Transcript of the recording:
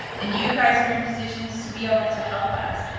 and you guys are in positions to be able to help us.